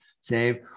save